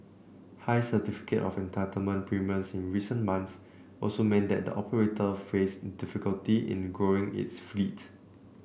high Certificate of Entitlement premiums in recent months also meant that the operator faced difficulty in growing its fleet